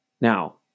now